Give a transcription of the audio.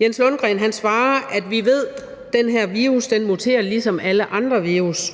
Jens Lundgren svarer, at vi ved, at den her virus muterer ligesom alle andre virus,